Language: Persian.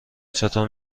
چطور